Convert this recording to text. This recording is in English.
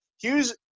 Hughes